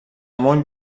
molt